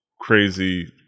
crazy